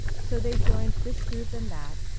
so they joined this group and that,